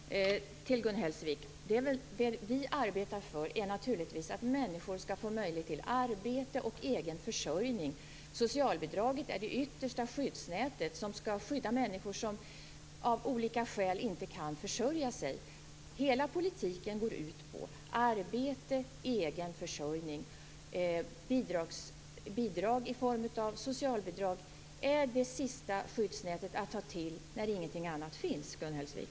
Fru talman! Gun Hellsvik! Det vi arbetar för är naturligtvis att människor skall få möjlighet till arbete och egen försörjning. Socialbidraget är det yttersta skyddsnätet som skall skydda människor som av olika skäl inte kan försörja sig. Hela politiken går ut på arbete och egen försörjning. Bidrag i form av socialbidrag är det sista skyddsnätet att ta till när ingenting annat finns, Gun Hellsvik.